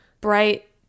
Bright